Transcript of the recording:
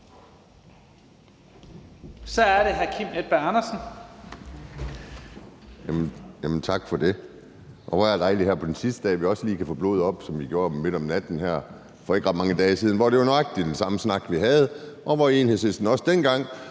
Så er det hr. Kim Edberg Andersen.